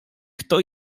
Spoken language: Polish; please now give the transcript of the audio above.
kto